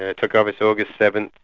ah took office august seven,